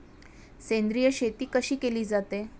सेंद्रिय शेती कशी केली जाते?